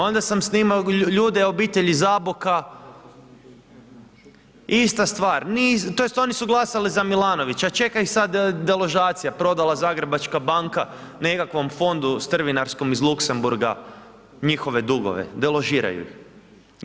Onda sam snimao ljude, obitelj iz Zaboka, ista stvar to jest oni su glasali za Milanovića, čeka ih sad deložacija, prodala Zagrebačka banka nekakvom fondu strvinarskom iz Luksemburga njihove dugove, deložiraju ih.